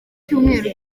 cyumweru